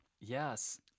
Yes